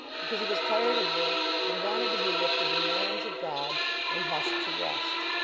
because he was tired of work and wanted to be lifted in the arms of god and hushed to rest.